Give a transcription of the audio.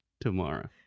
tomorrow